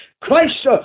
christ